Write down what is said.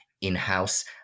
in-house